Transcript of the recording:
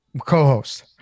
co-host